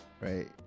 right